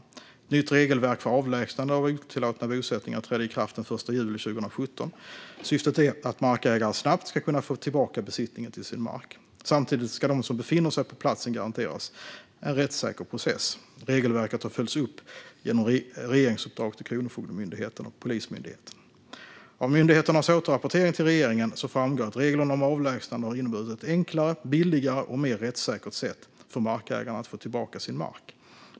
Ett nytt regelverk för avlägsnande av otillåtna bosättningar trädde i kraft den 1 juli 2017. Syftet är att markägare snabbt ska kunna få tillbaka besittningen till sin mark. Samtidigt ska de som befinner sig på platsen garanteras en rättssäker process. Regelverket har följts upp genom regeringsuppdrag till Kronofogdemyndigheten och Polismyndigheten. Av myndigheternas återrapportering till regeringen framgår att reglerna om avlägsnande har inneburit ett enklare, billigare och mer rättssäkert sätt för markägarna att få tillbaka sin mark.